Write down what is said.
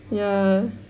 ya